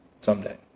Someday